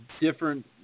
different